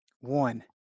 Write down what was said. one